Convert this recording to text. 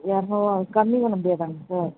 இரநூறுவா ஆவும் கம்மி பண்ண முடியாதாங்க சார்